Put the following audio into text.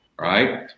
Right